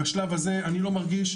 להיפך,